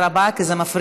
אני מבקשת להתפזר,